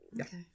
Okay